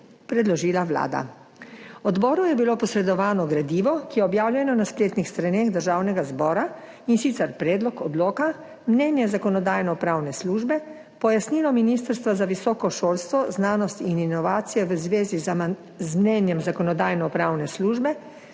predložila Vlada. Odboru je bilo posredovano gradivo, ki je objavljeno na spletnih straneh Državnega zbora, in sicer predlog odloka, mnenje Zakonodajno-pravne službe, pojasnilo Ministrstva za visoko šolstvo, znanost in inovacije v zvezi z Mnenjem Zakonodajno-pravne službe